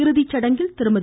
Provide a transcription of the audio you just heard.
இறுதிச்சடங்கில் திருமதி